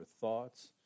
thoughts